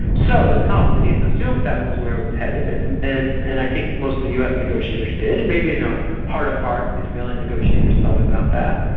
so the palestinians assumed that was where it was headed, and and and i think most of the us negotiators did, and maybe in their ah heart of hearts israeli negotiators thought about that,